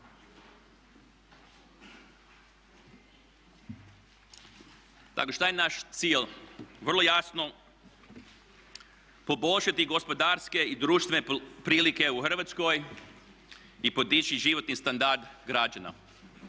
šta je naš cilj? Vrlo jasno poboljšati gospodarske i društvene prilike u Hrvatskoj i podići životni standard građana.